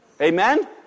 Amen